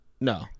No